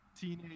teenage